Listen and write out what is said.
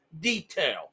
detail